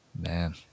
Man